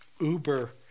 Uber